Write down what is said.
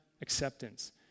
acceptance